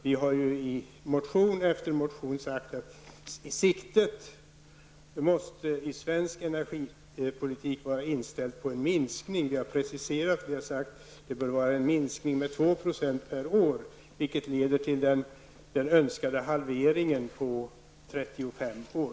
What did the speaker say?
Vi har i motion efter motion sagt att siktet i den svenska energipolitiken måste vara inställt på en minskning. Vi har preciserat detta och sagt att det bör vara en minskning med 2 % per år. Det leder till den önskade halveringen på 35 år.